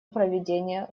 проведения